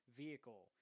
vehicle